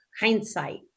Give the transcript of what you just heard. hindsight